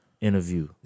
interview